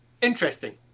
interesting